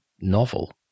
novel